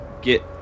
get